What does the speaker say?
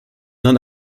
non